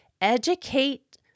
Educate